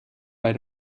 bei